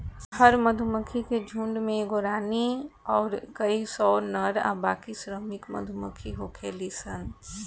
हर मधुमक्खी के झुण्ड में एगो रानी अउर कई सौ नर आ बाकी श्रमिक मधुमक्खी होखेली सन